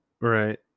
Right